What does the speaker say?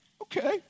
okay